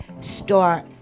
start